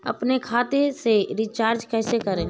अपने खाते से रिचार्ज कैसे करें?